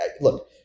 look